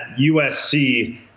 USC